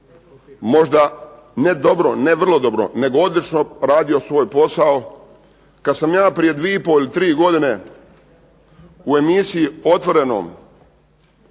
posao. Možda ne vrlo dobro nego odlično svoj posao. Kada sam je prije dvije i pol ili tri godine u emisiji "Otvoreno"